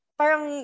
parang